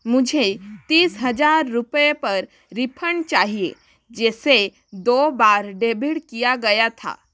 मुझे तीस हजार रुपये पर रिफ़ंड चाहिए जिसे दो बार डेबिट किया गया था